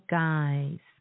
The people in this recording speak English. guys